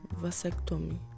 vasectomy